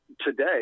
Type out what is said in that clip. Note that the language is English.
today